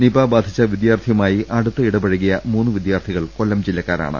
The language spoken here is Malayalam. നിപാ ബാധിച്ച വിദ്യാർത്ഥിയുമായി അടുത്ത് ഇടപഴകിയ മൂന്ന് വിദ്യാർത്ഥികൾ കൊല്ലം ജില്ലക്കാരാണ്